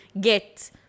get